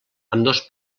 ambdós